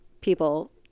people